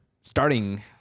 starting